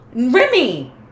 Remy